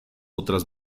otras